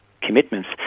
commitments